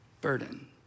burden